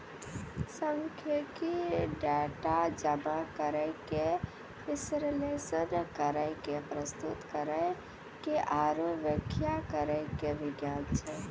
सांख्यिकी, डेटा जमा करै के, विश्लेषण करै के, प्रस्तुत करै के आरु व्याख्या करै के विज्ञान छै